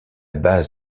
base